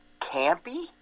Campy